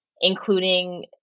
including